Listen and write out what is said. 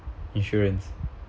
insurance